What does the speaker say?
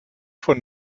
von